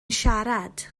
siarad